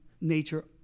nature